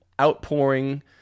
outpouring